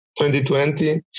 2020